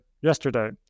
yesterday